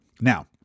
Now